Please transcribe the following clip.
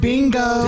Bingo